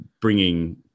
bringing